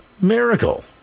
miracle